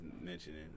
mentioning